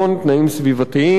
תנאים סביבתיים,